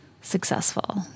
successful